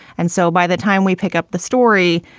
and so by the time we pick up the story,